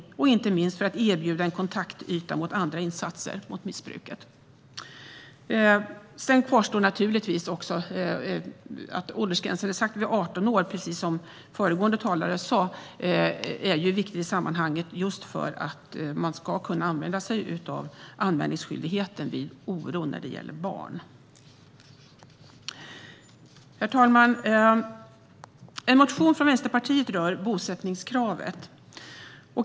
Och det handlar inte minst om att kunna erbjuda en kontaktyta när det gäller andra insatser mot missbruket. Att åldersgränsen är satt vid 18 år är, precis som föregående talare sa, viktigt i sammanhanget just för att man ska kunna använda sig av anmälningsskyldigheten vid oro när det gäller barn. Herr talman! En motion från Vänsterpartiet rör bosättningskravet.